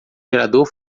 gerador